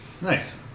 Nice